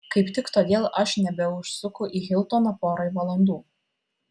kaip tik todėl aš nebeužsuku į hiltoną porai valandų